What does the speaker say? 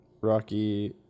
Rocky